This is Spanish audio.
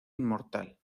inmortal